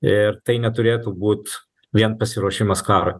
ir tai neturėtų būt vien pasiruošimas karui